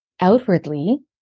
outwardly